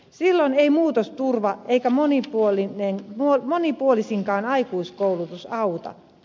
silloin ei muutosturva eikä monipuolisinkaan aikuiskoulutus auta